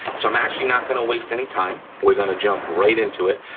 so, i'm actually not gonna waste any time, we're gonna jump right into it,